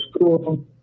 school